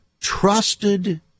trusted